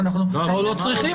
אנחנו לא צריכים,